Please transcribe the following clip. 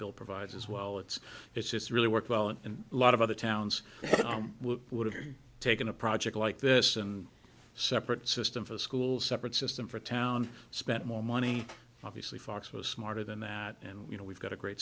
bill provides as well it's it's just really worked well and lot of other towns would have taken a project like this and separate system for a school separate system for town spent more money obviously fox was smarter than that and you know we've got a great